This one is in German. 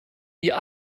ihr